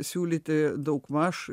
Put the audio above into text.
siūlyti daugmaž